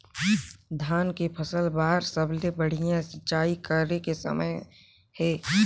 धान के फसल बार सबले बढ़िया सिंचाई करे के समय हे?